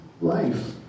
life